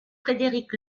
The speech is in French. frédéric